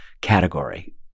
category